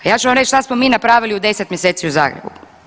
A ja ću vam reći šta smo mi napravili u 10 mjeseci u Zagrebu.